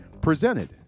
presented